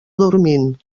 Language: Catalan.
dormint